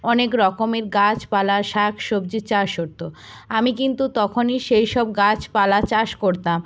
অনেক রকমের গাছপালা শাক সবজি চাষ হতো আমি কিন্তু তখনই সেই সব গাছপালা চাষ করতাম